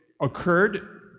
occurred